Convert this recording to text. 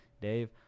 Dave